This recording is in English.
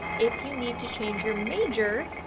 if you need to change your major,